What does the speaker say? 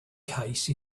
case